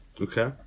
Okay